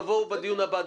תבואו בדיון הבא.